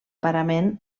parament